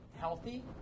healthy